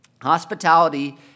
hospitality